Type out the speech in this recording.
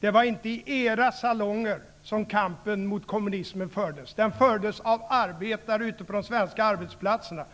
Det var inte i era salonger som kampen mot kommunismen fördes. Den fördes av arbetare ute på de svenska arbetsplatserna.